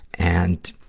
and,